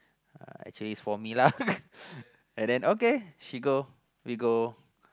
actually is for me lah and then okay she go we go